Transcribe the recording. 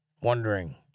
Wondering